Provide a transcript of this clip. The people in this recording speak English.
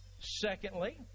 Secondly